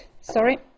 sorry